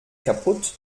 kaputt